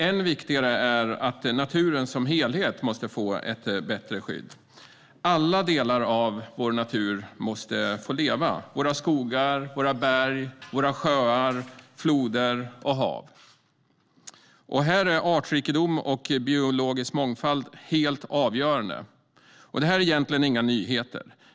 Än viktigare är att naturen som helhet måste få ett bättre skydd. Alla delar av vår natur måste få leva - våra skogar, våra berg och våra sjöar, floder och hav. Här är artrikedom och biologisk mångfald helt avgörande. Det är egentligen inga nyheter.